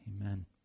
Amen